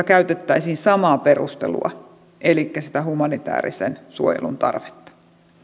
käytettäisiin samaa perustelua elikkä sitä humanitäärisen suojelun tarvetta